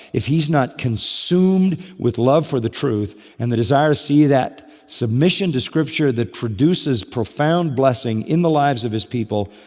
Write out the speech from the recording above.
if he's not consumed with love for the truth and the desire to see that submission to scripture that produces profound blessing in the lives of his people,